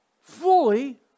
fully